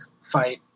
fight